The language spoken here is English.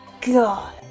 god